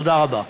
תודה רבה.